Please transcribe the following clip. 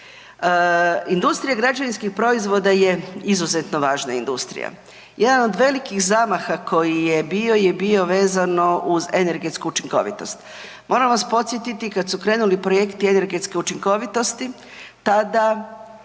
Industrija građevinskih proizvoda je izuzetno važna industrija. Jedan od velikih zamaha koji je bio je bio vezano uz energetsku učinkovitost. Moram vas podsjetiti kad su krenuli projekti energetske učinkovitosti tada,